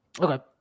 Okay